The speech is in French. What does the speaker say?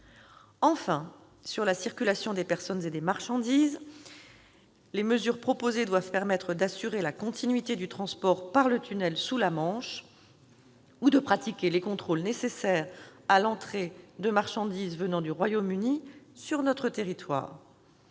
de la circulation des personnes et des marchandises, les mesures proposées doivent permettre d'assurer la continuité du transport par le tunnel sous la Manche ou de pratiquer les contrôles nécessaires à l'entrée de marchandises venant du Royaume-Uni sur notre territoire.